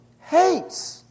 hates